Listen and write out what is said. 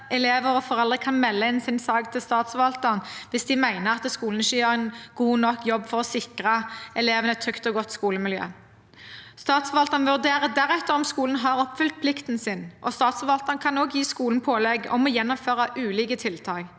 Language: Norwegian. elever og foreldre kan melde inn sin sak til statsforvalteren hvis de mener at skolen ikke gjør en god nok jobb for å sikre elevene et trygt og godt skolemiljø. Statsforvalteren vurderer deretter om skolen har oppfylt plikten sin, og statsforvalteren kan også gi skolen pålegg om å gjennomføre ulike tiltak.